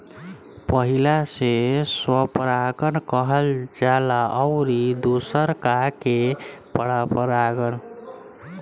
पहिला से स्वपरागण कहल जाला अउरी दुसरका के परपरागण